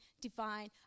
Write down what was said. divine